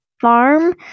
farm